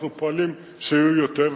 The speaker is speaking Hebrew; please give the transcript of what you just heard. אנחנו פועלים שיהיו יותר,